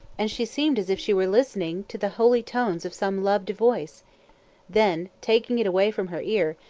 and she seemed as if she were listening to the holy tones of some loved voice then taking it away from her ear,